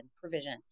provision